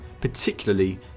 particularly